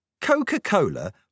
Coca-Cola